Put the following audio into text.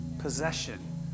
possession